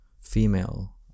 Female